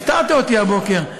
הפתעת אותי בבוקר.